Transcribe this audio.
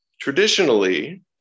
Traditionally